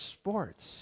sports